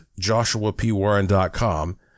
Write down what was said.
joshuapwarren.com